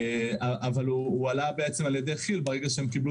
אבל הוא עלה על-ידי כי"ל כשהם קיבלו